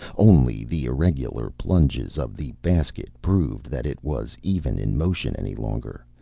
only the irregular plunges of the basket proved that it was even in motion any longer,